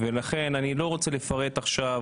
אני לא רוצה לפרט עכשיו,